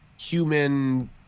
human